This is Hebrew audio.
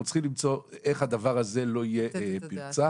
אנחנו צריכים למצוא איך לא תהיה שום פרצה